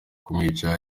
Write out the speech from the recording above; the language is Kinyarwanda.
kumwica